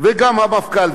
וגם המפכ"ל.